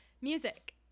music